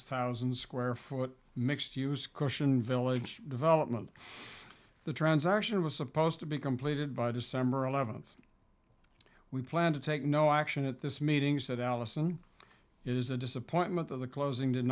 thousand square foot mixed use caution village development the transaction was supposed to be completed by december eleventh we plan to take no action at this meeting said allison is the disappointment of the closing did